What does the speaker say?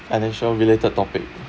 financial related topic